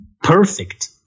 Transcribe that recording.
perfect